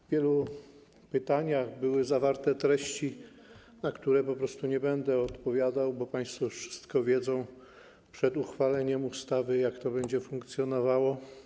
W wielu pytaniach były zawarte treści, na które po prostu nie będę odpowiadał, bo państwo już wszystko wiedzą przed uchwaleniem ustawy, jak to będzie funkcjonowało.